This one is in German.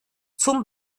zum